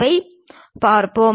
ஐப் பார்ப்போம்